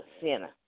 sinner